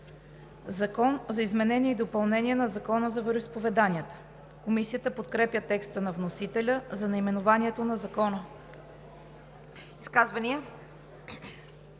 „Закон за изменение и допълнение на Закона за вероизповеданията“.“ Комисията подкрепя текста на вносителя за наименованието на Закона. ПРЕДСЕДАТЕЛ